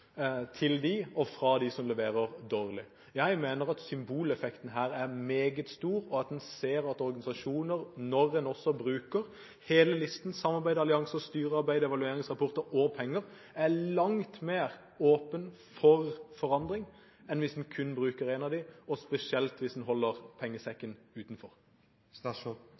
og til dem som leverer dårlig. Jeg mener at symboleffekten her er meget stor, og en ser også at når en bruker hele listen – samarbeid, allianse, styrearbeid, evalueringsrapporter og penger – er organisasjoner langt mer åpne for forandring enn hvis en kun bruker én av disse, og spesielt hvis en holder pengesekken